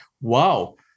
wow